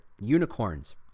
unicorns